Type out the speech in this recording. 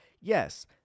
Yes